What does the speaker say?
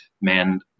man